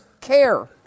care